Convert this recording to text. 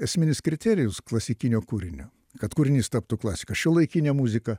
esminis kriterijus klasikinio kūrinio kad kūrinys taptų klasika šiuolaikinė muzika